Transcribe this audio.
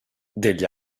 degli